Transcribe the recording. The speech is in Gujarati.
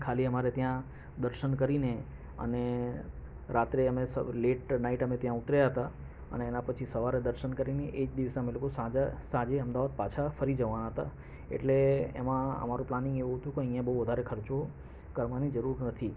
ખાલી અમારે ત્યાં દર્શન કરીને અને રાત્રે અમે સ લેટ નાઇટ અમે ત્યાં ઉતર્યા હતા અને એના પછી સવારે દર્શન કરીને એ જ દિવસે અમે લોકો સાંજ સાંજે અમદાવાદ પાછા ફરી જવાના હતા એટલે એમાં અમારું પ્લાનિંગ એવું હતું કે અહીંયાં બહુ વધારે ખર્ચો કરવાની જરૂર નથી